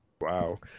Wow